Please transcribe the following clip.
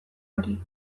hori